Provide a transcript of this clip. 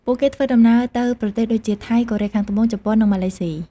ពួកគេធ្វើដំណើរទៅប្រទេសដូចជា ថៃ កូរ៉េខាងត្បូង ជប៉ុន និងម៉ាឡេស៊ី។